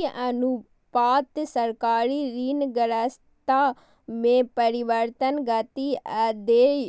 ई अनुपात सरकारी ऋणग्रस्तता मे परिवर्तनक गति आ देय